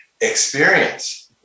experience